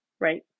right